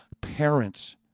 parents